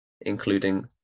including